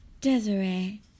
Desiree